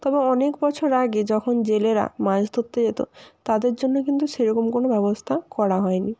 তবে অনেক বছর আগে যখন জেলেরা মাছ ধরতে যেত তাদের জন্য কিন্তু সেরকম কোনও ব্যবস্থা করা হয়নি